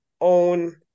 own